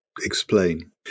explain